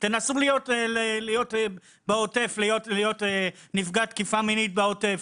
תנסו להיות בעוטף, להיות נפגע תקיפה מינית בעוטף.